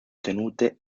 tenute